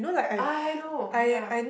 I know ya